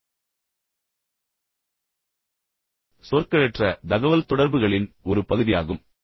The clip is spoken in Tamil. கடைசி விஷயம் என்னவென்றால் மௌனம் என்பது சொற்களற்ற தகவல்தொடர்புகளின் ஒரு பகுதியாகும்